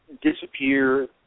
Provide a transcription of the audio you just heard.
disappear